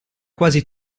quasi